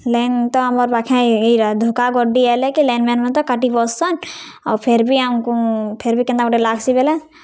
line ତ ଆମର୍ ପାଖେ ଇରା ଧୁକାଗର୍ଡ଼ି ଆଏଲେ କି ଲାଇନ୍ ମେନ୍ମାନେ ତ କାଟି ବସ୍ସନ୍ ଆଉ ଫିର୍ ବି ଆମ୍କୁ ଫେର୍ ବି କେନ୍ତା ଗୁଟେ ଲାଗ୍ସି ବେଲେ